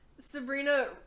sabrina